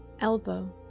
elbow